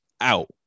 out